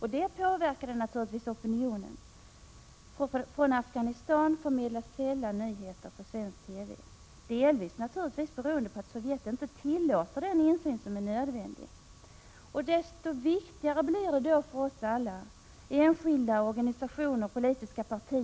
Det påverkade naturligtvis opinionen. Från Afghanistan förmedlas sällan nyheter på svensk TV, delvis naturligtvis Prot. 1986/87:49 beroende på att Sovjet inte tillåter den insyn som är nödvändig. Desto 15 december 1986 viktigare blir det då för oss alla — enskilda, organisationer, politiska partier.